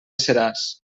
seràs